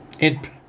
and